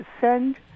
send